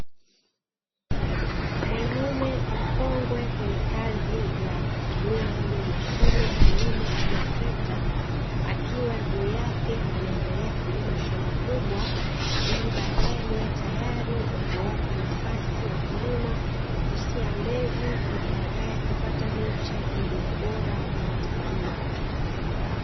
Mwanaume mkongwe kwenye kazi ya kutumia moja ya mashine ya kilimo aina trekta, akiwa juu yake anaendelea kulima shamba kubwa, ili baadaye liwe tayari na kuwapa nafasi wakulima kusia mbegu na baadaye kupata miche yenye ubora unaotakiwa.